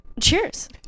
Cheers